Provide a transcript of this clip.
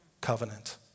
Covenant